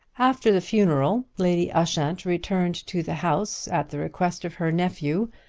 after the funeral, lady ushant returned to the house at the request of her nephew,